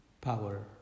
power